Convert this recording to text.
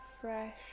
fresh